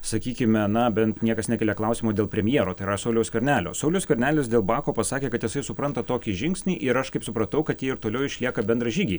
sakykime na bent niekas nekelia klausimų dėl premjero tai yra sauliaus skvernelio saulius skvernelis dėl bako pasakė kad jisai supranta tokį žingsnį ir aš kaip supratau kad jie ir toliau išlieka bendražygiai